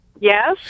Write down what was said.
Yes